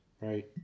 right